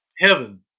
heaven